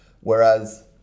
Whereas